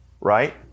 right